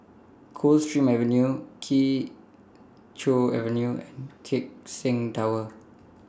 Coldstream Avenue Kee Choe Avenue and Keck Seng Tower